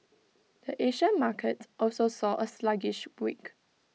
the Asia market also saw A sluggish week